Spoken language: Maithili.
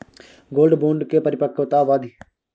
गोल्ड बोंड के परिपक्वता अवधि?